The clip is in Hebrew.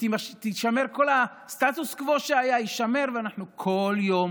שכל הסטטוס קוו שהיה יישמר, ואנחנו כל יום